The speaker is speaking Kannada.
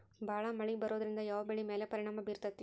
ಭಾಳ ಮಳಿ ಬರೋದ್ರಿಂದ ಯಾವ್ ಬೆಳಿ ಮ್ಯಾಲ್ ಪರಿಣಾಮ ಬಿರತೇತಿ?